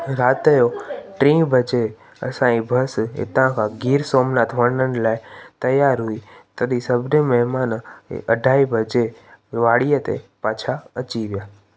राति जो टीं बजे असांजी बस हितां खां गीर सोमनाथ वञण लाइ तयारु हुई तॾहिं सभिनी महिमान अढाई बजे वाड़ीअ ते पाछा अची विया